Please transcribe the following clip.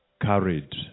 carried